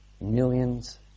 millions